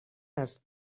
است